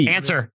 Answer